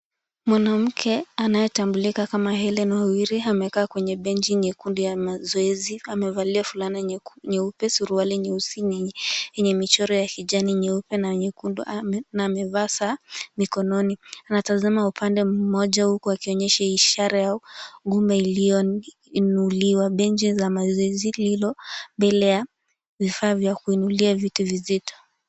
Mwanamke anayetambulika kama Hellen Wawiri amekaa kwenye benchi nyekundu ya mazoezi. Amevalia fulana nyeupe, suruali nyeusi yenye michoro ya kijani nyeupe na nyekundu na amevaa saa mkononi. Anatazama upande mmoja huku akionyesha ishara ya gumba iliyoinuliwa, benchi la mazoezi hilo mbele ya vifaa vya kuinulia vitu vizito.